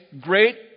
great